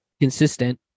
consistent